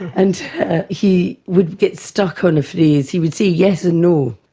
and he would get stuck on a phrase, he would say yes and no,